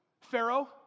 Pharaoh